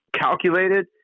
calculated